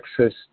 access